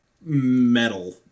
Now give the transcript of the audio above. metal